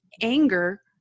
anger